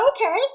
okay